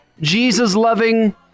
Jesus-loving